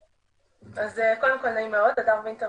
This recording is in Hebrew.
אז קודם נעים מאוד, הדר וינטר